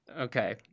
Okay